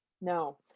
No